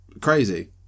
crazy